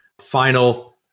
final